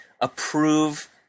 approve